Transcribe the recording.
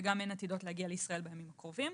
וגם הן עתידות להגיע לישראל בימים הקרובים.